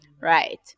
right